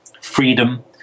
freedom